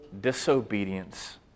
disobedience